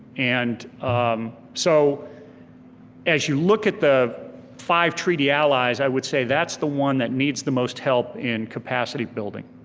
and so as you look at the five treaty allies, i would say that's the one that needs the most help in capacity building.